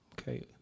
okay